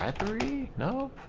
ah three you know